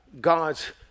God's